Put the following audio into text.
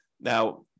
Now